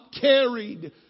carried